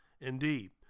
Indeed